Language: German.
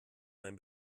mein